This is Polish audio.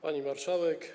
Pani Marszałek!